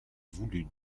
voulu